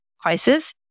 crisis